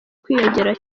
kwiyongera